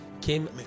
came